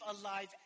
alive